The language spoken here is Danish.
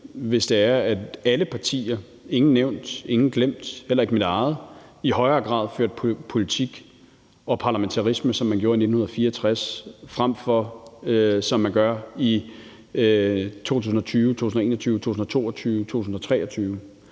hvis alle partier – ingen nævnt, ingen glemt, heller ikke mit eget – i højere grad førte politik og parlamentarisme, som man gjorde i 1964, frem for at gøre, som man har gjort i 2020, 2021, 2022 og 2023.